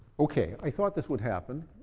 okay, i thought this would happen,